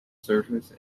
surface